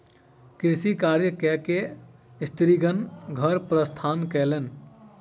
कृषि कार्य कय के स्त्रीगण घर प्रस्थान कयलैन